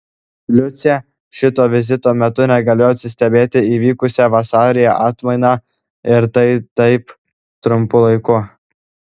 liucė šito vizito metu negalėjo atsistebėti įvykusia vasaryje atmaina ir tai taip trumpu laiku